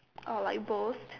oh like boast